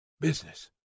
business